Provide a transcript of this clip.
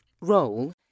role